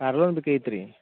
car loan ಬೇಕಾಗಿತ್ತು ರೀ